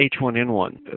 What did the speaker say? H1N1